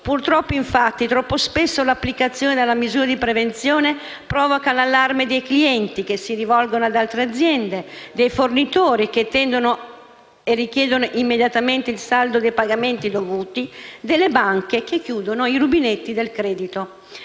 Purtroppo, infatti, troppo spesso l'applicazione della misura di prevenzione provoca l'allarme dei clienti (che si rivolgono ad altre aziende), dei fornitori (che tendono a richiedere immediatamente il saldo dei pagamenti dovuti), delle banche (che chiudono i rubinetti del credito).